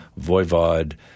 Voivod